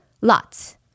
Lots